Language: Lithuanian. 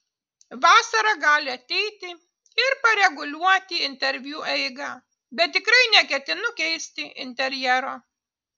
vasara gali ateiti ir pareguliuoti interviu eigą bet tikrai neketinu keisti interjero